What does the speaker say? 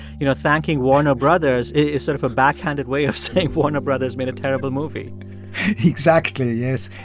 you know, thanking warner brothers is sort of a backhanded way of saying warner brothers made a terrible movie exactly. yes.